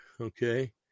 okay